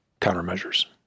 countermeasures